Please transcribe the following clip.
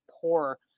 poor